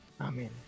Amen